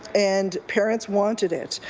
and parent wanted it.